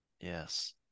Yes